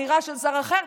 אמירה של שר אחר,